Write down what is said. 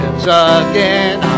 again